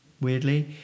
weirdly